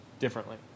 differently